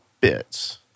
bits